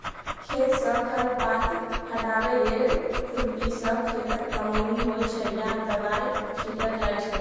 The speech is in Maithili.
खेतसँ खर पात हटाबै लेल खुरपीसँ खेतक कमौनी होइ छै या दबाइ छीटल जाइ छै